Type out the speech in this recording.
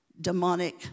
demonic